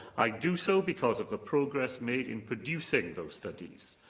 i do so because of the progress made in producing those studies.